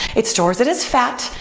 it stores it as fat,